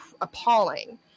appalling